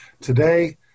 Today